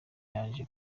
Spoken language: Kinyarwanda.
yaje